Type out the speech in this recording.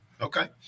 Okay